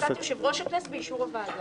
החלטת יושב-ראש הכנסת באישור הוועדה.